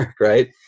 right